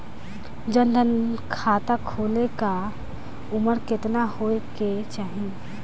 जन धन खाता खोले ला उमर केतना होए के चाही?